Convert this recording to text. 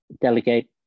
delegate